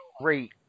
Great